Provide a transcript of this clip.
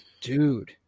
dude